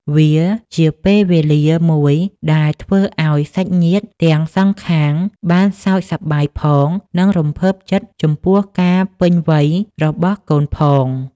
វាជាពេលវេលាមួយដែលធ្វើឱ្យសាច់ញាតិទាំងសងខាងបានសើចសប្បាយផង និងរំភើបចិត្តចំពោះការពេញវ័យរបស់កូនៗផង